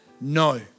No